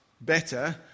better